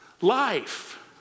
life